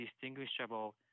distinguishable